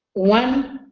one,